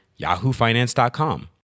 yahoofinance.com